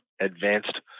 advanced